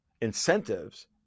incentives